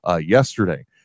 yesterday